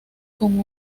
con